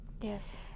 Yes